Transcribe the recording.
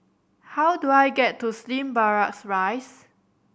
how do I get to Slim Barracks Rise